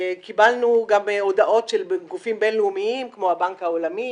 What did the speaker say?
קיבלנו גם הודעות מגופים בינלאומיים כמו הבנק העולמי